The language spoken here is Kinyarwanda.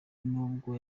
nubwo